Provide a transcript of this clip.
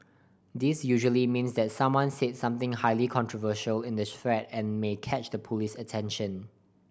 this usually means that someone said something highly controversial in the thread and may catch the police's attention